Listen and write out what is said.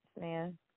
man